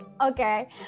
okay